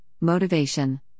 motivation